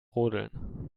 rodeln